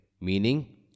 Meaning